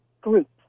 group